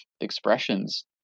expressions